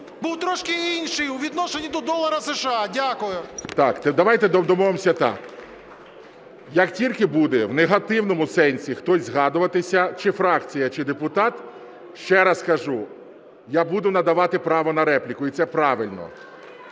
був трошки інший у відношенні до долара США. Дякую. ГОЛОВУЮЧИЙ. Так, давайте домовимося так. Як тільки буде в негативному сенсі хтось згадуватися, чи фракція, чи депутат, ще раз кажу, я буду надавати право на репліку, і це правильно.